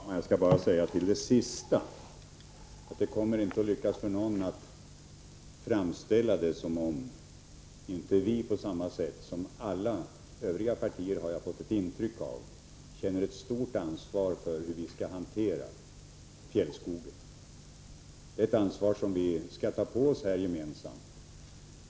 Fru talman! Jag skall bara beträffande det sista säga att ingen kommer att lyckas framställa saken så, att inte vi inom det socialdemokratiska, på samma sätt som alla övriga partier — det har jag fått ett intryck av — känner ett stort ansvar för hur vi skall hantera fjällskogen. Det är ett ansvar som vi gemensamt skall ta på oss.